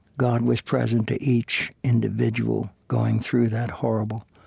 god was present to each individual going through that horrible